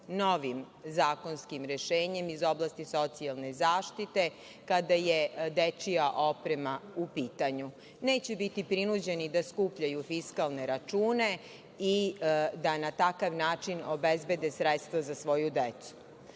novim zakonskim rešenjem iz oblasti socijalne zaštite kada je dečija oprema u pitanju. Neće biti prinuđeni da skupljaju fiskalne račune i da na takav način obezbede sredstva za svoju decu. Sa